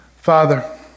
Father